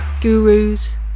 gurus